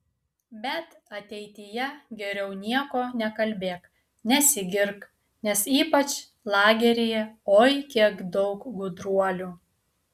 bet ateityje geriau nieko nekalbėk nesigirk nes ypač lageryje oi kiek daug gudruolių